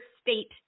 state